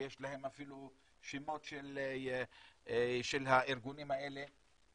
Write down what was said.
ויש להם אפילו שמות של הארגונים האלה,